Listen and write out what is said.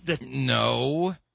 no